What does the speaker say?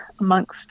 amongst